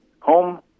home